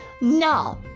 no